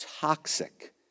toxic